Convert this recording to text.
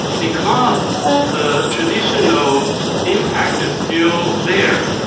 because the traditional impact is still there,